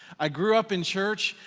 i grew up in church,